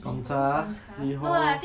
Gongcha Liho